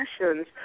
sessions